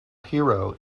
hero